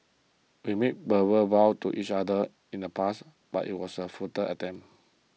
we made verbal vows to each other in the past but it was a futile attempt